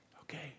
Okay